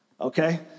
okay